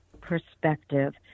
perspective